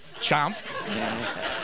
Chomp